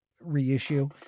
reissue